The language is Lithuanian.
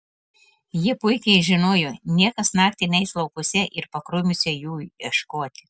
jie puikiai žinojo niekas naktį neis laukuose ir pakrūmiuose jų ieškoti